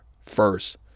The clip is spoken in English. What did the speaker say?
First